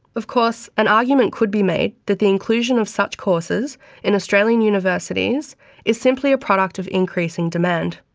of course, an argument could be made that the inclusion of such courses in australian universities is simply a product of increasing demand.